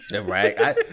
Right